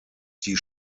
die